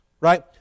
Right